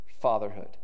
fatherhood